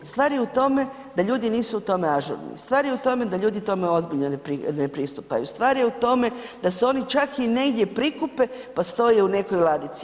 Stvar je u tome da ljudi nisu u tome ažurni, stvar je u tome da ljudi tome ozbiljno ne pristupaju, stvar je u tome da se oni čak negdje i prikupe pa stoji u nekoj ladici.